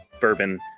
bourbon